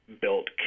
built